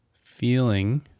feeling